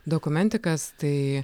dokumentikas tai